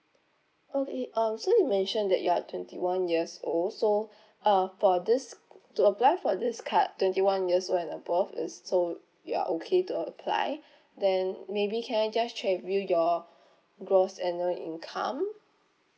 okay um so you mentioned that you are twenty one years old so uh for this to apply for this card twenty one years old and above is so you are okay to apply then maybe can I just check with you your gross annual income